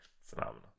Phenomenal